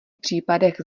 případech